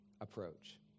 approach